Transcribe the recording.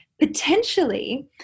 potentially